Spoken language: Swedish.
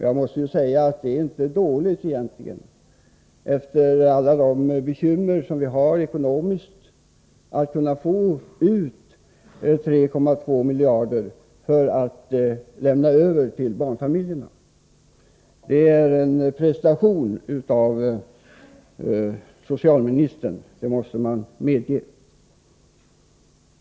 Jag måste säga att det inte är dåligt — med hänsyn till alla de ekonomiska bekymmer vi har — att man kunnat få ut 3,2 miljarder för att förbättra barnfamiljernas situation. Det är en prestation av socialministern — det måste man medge.